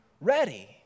ready